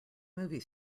movie